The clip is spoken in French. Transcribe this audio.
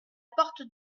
porte